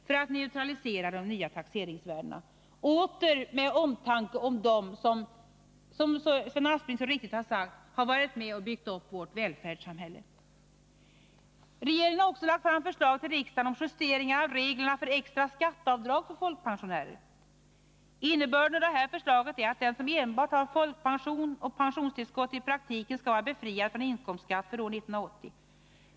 Därmed neutraliseras effekterna av de nya taxeringsvärdena — återigen av omtanke om dem som, vilket Sven Aspling så riktigt framhållit, varit med och byggt upp vårt välfärdssamhälle. Regeringen har också lagt fram förslag till riksdagen om justeringar av reglerna för extra skatteavdrag för folkpensionärer. Innebörden av detta förslag är att den som enbart har folkpension och pensionstillskott i praktiken skall vara befriad från inkomstskatt för år 1980.